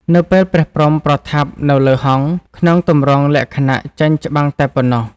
នៅពេល ព្រះព្រហ្ម ប្រថាប់នៅលើហង្ស ក្នុងទម្រងលក្ខណៈចេញច្បាំងតែប៉ុណ្ណោះ ។